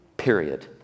period